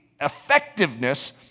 effectiveness